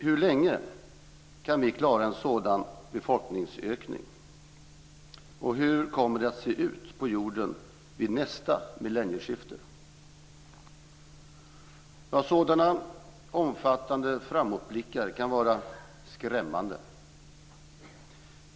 Hur länge kan vi klara en sådan befolkningsökning, och hur kommer det att se ut på jorden vid nästa millennieskifte? Ja, sådana omfattande framåtblickar kan vara skrämmande.